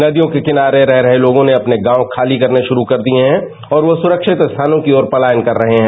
नदियों के किनारे रह रहे लोगों ने अपने गांव खाली करने षुरू कर दिए हैं और वो सुरक्षित स्थानों की तरफ पलायन कर रहे हैं